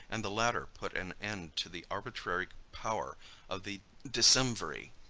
and the latter put an end to the arbitrary power of the decemviri.